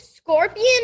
scorpion